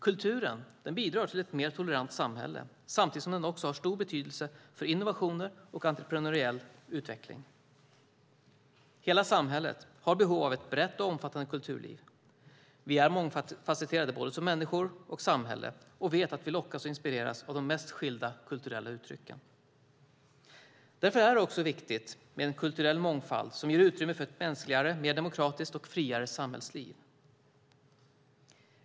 Kulturen bidrar till ett mer tolerant samhälle samtidigt som den har stor betydelse för innovationer och entreprenöriell utveckling. Hela samhället har behov av ett brett och omfattande kulturliv. Vi är mångfasetterade både som människor och som samhälle och vet att vi lockas och inspireras av de mest skilda kulturella uttryck. Därför är det också viktigt med en kulturell mångfald som ger utrymme för ett mänskligare, mer demokratiskt och friare samhällsliv.